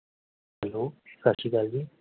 hello ਸਤਿ ਸ਼੍ਰੀ ਅਕਾਲ ਜੀ